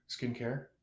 Skincare